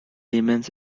remains